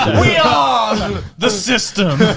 we are the system!